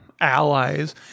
allies